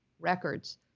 records